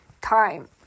time